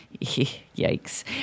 yikes